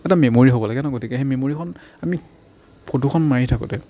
এটা মেম'ৰী হ'ব লাগে ন গতিকে সেই মেম'ৰীখন আমি ফটোখন মাৰি থাকোঁতে